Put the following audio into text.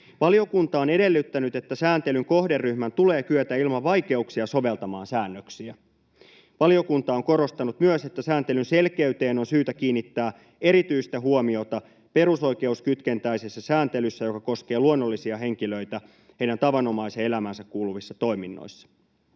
”Valiokunta on edellyttänyt, että sääntelyn kohderyhmän tulee kyetä ilman vaikeuksia soveltamaan säännöksiä. Valiokunta on korostanut myös, että sääntelyn selkeyteen on syytä kiinnittää erityistä huomiota perusoikeuskytkentäisessä sääntelyssä, joka koskee luonnollisia henkilöitä heidän tavanomaiseen elämäänsä kuuluvissa toiminnoissa.”